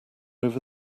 over